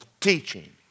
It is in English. teaching